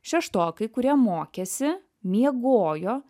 šeštokai kurie mokėsi miegojo